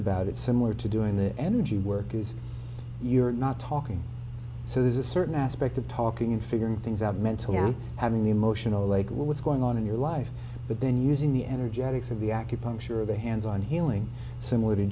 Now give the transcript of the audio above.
about it similar to doing the energy work is you're not talking so there's a certain aspect of talking and figuring things out mentally and having the emotional like what's going on in your life but then using the energetics of the acupuncture of the hands on healing similar to